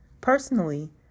Personally